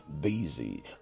busy